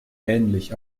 ähnlich